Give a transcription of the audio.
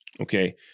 okay